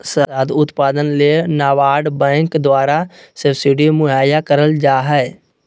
शहद उत्पादन ले नाबार्ड बैंक द्वारा सब्सिडी मुहैया कराल जा हय